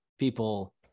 People